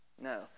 No